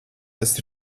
tas